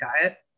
diet